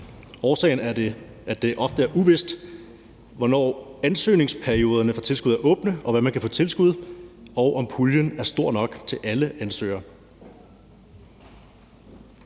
Årsagen er, at det ofte er uvist, hvornår ansøgningsperioderne for tilskud er åbne, hvad man kan få tilskud til, og om puljen er stor nok til alle ansøgere.